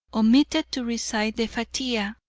omitted to recite the fatiha,